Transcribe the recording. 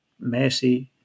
Messi